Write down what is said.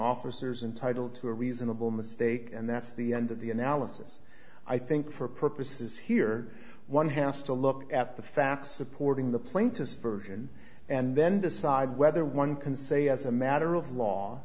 officers entitle to a reasonable mistake and that's the end of the analysis i think for purposes here one has to look at the facts supporting the plaintiff's version and then decide whether one can say as a matter of law